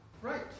Right